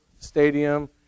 Stadium